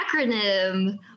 acronym